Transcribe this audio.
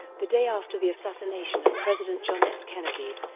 the day after the assassination of president john f. kennedy,